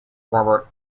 robert